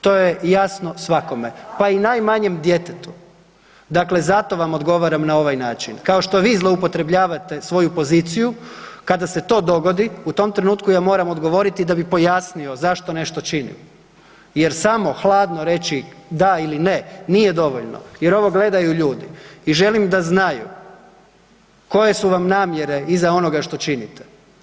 To je jasno svakome, pa i najmanjem djetetu, dakle zato vam odgovaram na ovaj način, kao što vi zloupotrebljavate svoju poziciju, kada se to dogodi u tom trenutku ja moram odgovoriti da bi pojasnio zašto nešto činim jer samo hladno reći da ili ne nije dovoljno jer ovo gledaju ljudi i želim da znaju koje su vam namjere iza onoga što činite.